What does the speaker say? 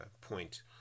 point